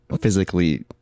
physically